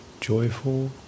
joyful